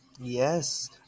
Yes